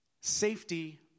Safety